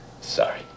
Sorry